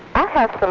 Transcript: i have